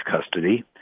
custody